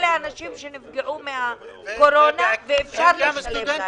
אלו אנשים שנפגעו מהקורונה ואפשר לשלם להם.